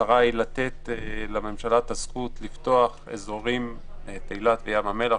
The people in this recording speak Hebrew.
המטרה היא לתת לממשלה את הזכות לפתוח את האזורים של אילת וים המלח,